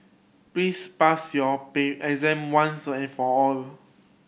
please pass your exam once and for all